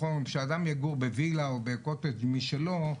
כשאדם יגור בוילה או בקוטג' משלו,